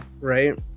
right